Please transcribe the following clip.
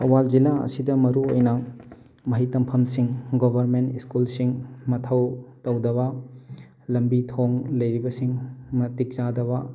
ꯊꯧꯕꯥꯜ ꯖꯤꯂꯥ ꯑꯁꯤꯗ ꯃꯔꯨꯑꯣꯏꯅ ꯃꯍꯩ ꯇꯝꯐꯝꯁꯤꯡ ꯒꯣꯕꯔꯃꯦꯟ ꯁ꯭ꯀꯨꯜꯁꯤꯡ ꯃꯊꯧ ꯇꯧꯗꯕ ꯂꯝꯕꯤ ꯊꯣꯡ ꯂꯩꯔꯤꯕꯁꯤꯡ ꯃꯇꯤꯛ ꯆꯥꯗꯕ